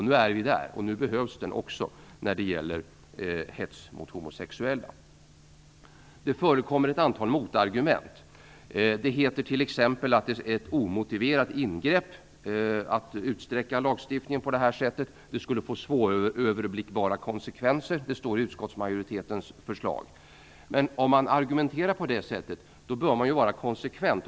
Nu är vi där, och nu behövs den också när det gäller hets mot homosexuella. Det förekommer ett antal motargument. Det heter t.ex. att det skulle vara ett omotiverat ingrepp att utsträcka lagstiftningen på detta sätt. Det skulle, står det i utskottsmajoritetens förslag, få svåröverblickbara konsekvenser. Men om man argumenterar på det sättet bör man vara konsekvent.